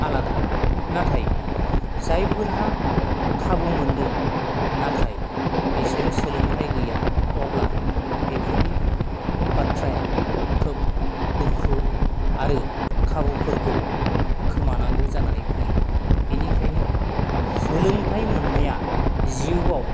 आलादा नाथाय जायफोरहा खाबु मोनदों नाथाय बिसोरो सोलोंथाय गैया अब्ला बेफोरनि बाथ्राया खोब दुखुनांथाव आरो खाबुफोरखौ खोमानांगौ जानानै फैयो बेनिखायनो सोलोंथाय मोननाया जिउआव